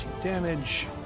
damage